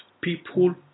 people